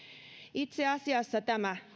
itse asiassa tämä